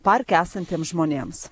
parke esantiems žmonėms